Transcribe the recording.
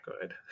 good